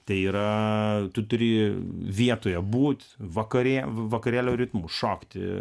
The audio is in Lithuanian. tai yra tu turi vietoje būt vakarėlio ritmu šokti